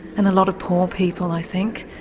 and a lot of poor people, i think.